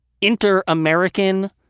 inter-American